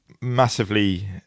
massively